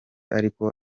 ariko